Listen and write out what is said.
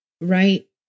right